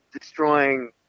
destroying